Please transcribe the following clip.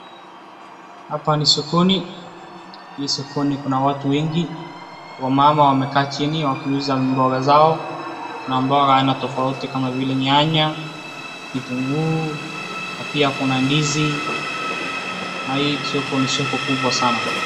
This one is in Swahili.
Hapa ni sokoni. Hii sokoni kuna watu wengi. Wamama wamekaa chini wakiuza mboga zao. Kuna mboga aina tofauti kama vile nyanya, kitunguu, na pia kuna ndizi. Na hii soko ni soko kubwa sana.